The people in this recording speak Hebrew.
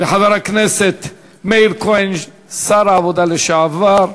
לחבר הכנסת מאיר כהן, שר הרווחה לשעבר,